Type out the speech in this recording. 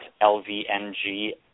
L-V-N-G